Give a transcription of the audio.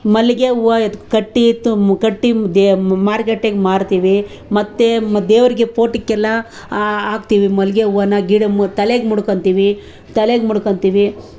ಮಲ್ಲಿಗೆ ಹೂವು ಕಟ್ಟಿ ಕಟ್ಟಿ ಮಾರ್ಕೇಟಿಗೆ ಮಾರ್ತೀವಿ ಮತ್ತೆ ದೇವರಿಗೆ ಫೋಟೊಗೆಲ್ಲ ಹಾಕ್ತೀವಿ ಮಲ್ಲಿಗೆ ಹೂವನ್ನ ತಲೆಗೆ ಮುಡ್ಕೊಳ್ತೀವಿ ತಲೆಗೆ ಮುಡ್ಕೊಳ್ತೀವಿ